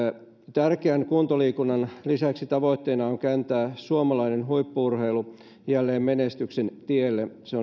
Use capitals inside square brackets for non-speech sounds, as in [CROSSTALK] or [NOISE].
tärkeän kuntoliikunnan lisäksi tavoitteena on kääntää suomalainen huippu urheilu jälleen menestyksen tielle se [UNINTELLIGIBLE]